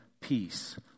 peace